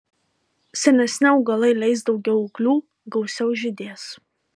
senesni augalai leis daugiau ūglių gausiau žydės